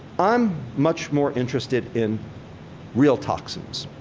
i'm much more interested in real toxins,